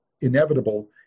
inevitable